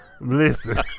listen